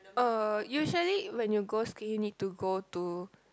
uh usually when you go skiing need to go to